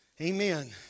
Amen